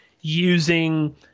using